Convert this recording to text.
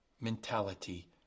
mentality